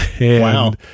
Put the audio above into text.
Wow